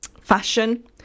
fashion